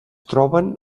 troben